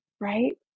Right